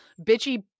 bitchy